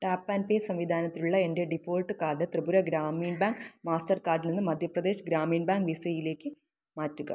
tap and pay സംവിധാനത്തിലുള്ള എൻ്റെ default card Tripura Gramin bank മാസ്റ്റർകാർഡിൽ നിന്നും മധ്യ പ്രദേശ് ഗ്രാമീൺ ബാങ്ക് വിസയിലേക്ക് മാറ്റുക